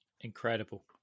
Incredible